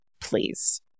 Please